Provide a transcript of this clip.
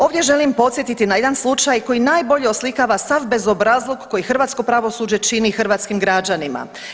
Ovdje želim podsjetiti na jedan slučaj koji najbolje oslikava sav bezobrazluk koji hrvatsko pravosuđe čini hrvatskim građanima.